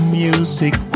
music